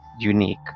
unique